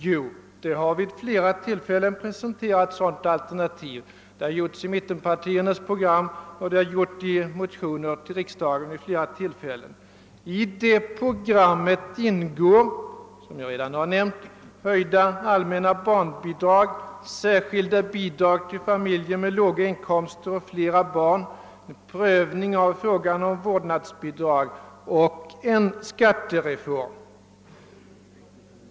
Jo, vid flera tillfällen har presenterats ett sådant alternativ: i mittenpartiernas program och i ett flertal motioner. I vårt förslag ingår, som jag redan nämnt, höjda allmänna barnbidrag, särskilda bidrag till familjer med låga inkomster och flera barn, prövning av frågan om vårdnadsbidrag samt en skattereform.